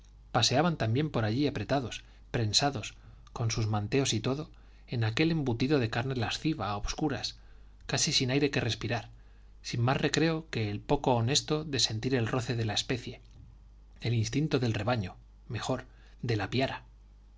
paseaban también por allí apretados prensados con sus manteos y todo en aquel embutido de carne lasciva a obscuras casi sin aire que respirar sin más recreo que el poco honesto de sentir el roce de la especie el instinto del rebaño mejor de la piara